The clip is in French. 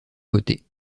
voter